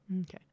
Okay